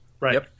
Right